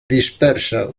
dispersa